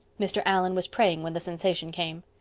mr. allan was praying when the sensation came.